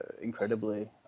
incredibly